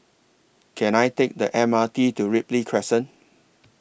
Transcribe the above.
Can I Take The M R T to Ripley Crescent